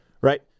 Right